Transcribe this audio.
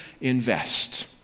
invest